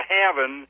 heaven